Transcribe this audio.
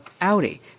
Audi